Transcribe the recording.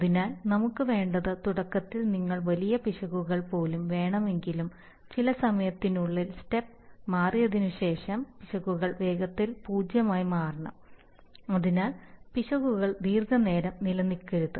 അതിനാൽ നമുക്ക് വേണ്ടത് തുടക്കത്തിൽ നിങ്ങൾക്ക് വലിയ പിശകുകൾ പോലും വേണമെങ്കിലും ചില സമയത്തിനുള്ളിൽ സ്റ്റെപ്പ് മാറിയതിനുശേഷം പിശകുകൾ വേഗത്തിൽ 0 ആയി മാറണം അതിനാൽ പിശകുകൾ ദീർഘനേരം നിലനിൽക്കരുത്